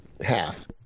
half